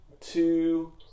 two